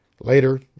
Later